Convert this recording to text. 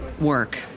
work